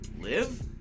live